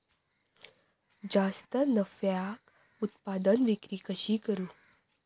जास्त नफ्याक उत्पादन विक्री कशी करू?